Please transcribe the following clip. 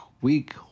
week